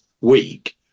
week